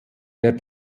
der